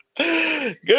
good